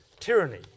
tyranny